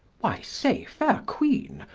why say, faire queene,